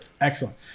Excellent